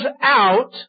out